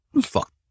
Fuck